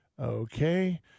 okay